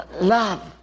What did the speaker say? Love